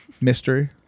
mystery